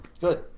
Good